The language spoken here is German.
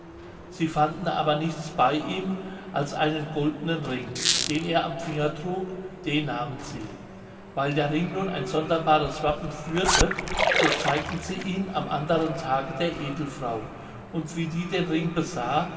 sie fanden aber nichts bei ihm als einen goldenen ring den er am finger trug den nahmen sie weil der ring nun ein sonderbares wappen führte so zeigten sie ihn am anderen tage der edelfrau und wie die den ring besah